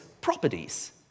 properties